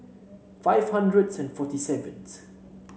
five hundred and forty seventh